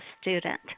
student